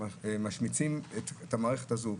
משמיצים את המערכת הזו,